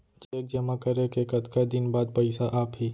Cheque जेमा करे के कतका दिन बाद पइसा आप ही?